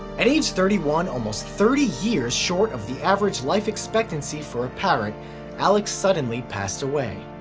at age thirty one, almost thirty years short of the average life expectancy for a parrot alex suddenly passed away.